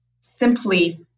simply